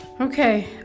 Okay